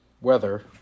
Weather